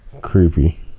creepy